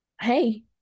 hey